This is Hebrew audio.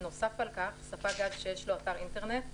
נוסף על כך, ספק גז שיש לו אתר אינטרנט,